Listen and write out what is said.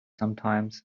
sometimes